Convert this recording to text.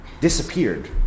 disappeared